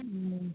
ம்